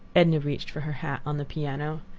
edna reached for her hat on the piano.